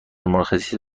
مرخصی